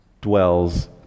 dwells